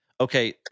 Okay